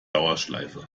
dauerschleife